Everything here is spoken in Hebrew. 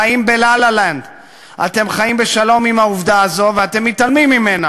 חיים ב"לה-לה-לנד"; אתם חיים בשלום עם העובדה הזאת ואתם מתעלמים ממנה.